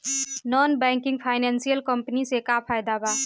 Non banking financial company से का फायदा बा?